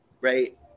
right